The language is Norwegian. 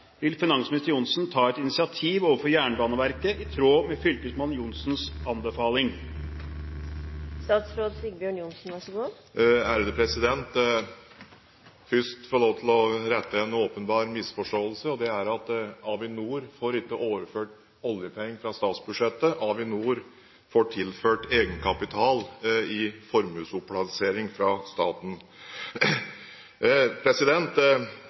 Vil finansminister Johnsen ta et initiativ overfor Jernbaneverket i tråd med fylkesmann Johnsens anbefaling?» Jeg må først få lov å rette en åpenbar misforståelse, og det er at Avinor ikke får overført oljepenger fra statsbudsjettet. Avinor får tilført egenkapital i formuesomplassering fra staten.